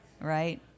right